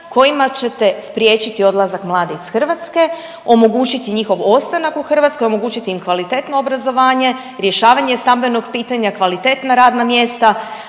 kojima ćete spriječiti odlazak mladih iz Hrvatske, omogućiti njihov ostanak u Hrvatskoj, omogućiti im kvalitetno obrazovanje, rješavanje stambenog pitanja, kvalitetna radna mjesta,